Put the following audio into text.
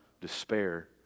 despair